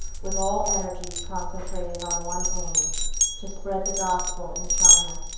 with all energies concentrated on one aim to spread the gospel in china.